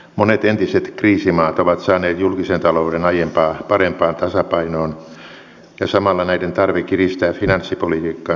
monet entiset kriisimaat ovat saaneet julkisen talouden aiempaa parempaan tasapainoon ja samalla näiden tarve kiristää finanssipolitiikkaansa on pienentynyt